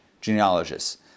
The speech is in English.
genealogists